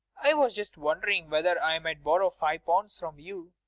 i was just wondering whether i might borrow five pounds from you.